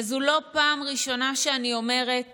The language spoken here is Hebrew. וזו לא פעם ראשונה שאני אומרת